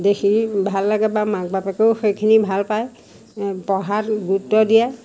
দেখি ভাল লাগে বা মাক বাপেকেও সেইখিনি ভাল পায় পঢ়াত গুৰুত্ব দিয়ে